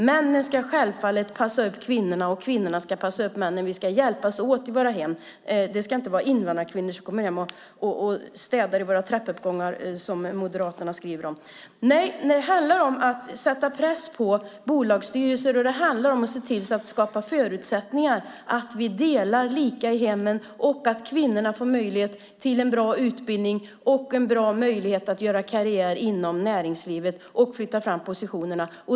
Männen ska självfallet passa upp kvinnorna, och kvinnorna ska passa upp männen - vi ska hjälpas åt i våra hem. Det ska inte vara invandrarkvinnor som kommer och städar i våra trappuppgångar, som Moderaterna skriver om. Nej, det handlar om att sätta press på bolagsstyrelser. Det handlar om att se till att skapa förutsättningar för att vi delar lika i hemmen och för att kvinnorna får möjlighet till en bra utbildning, möjlighet att göra karriär inom näringslivet och flytta fram positionerna.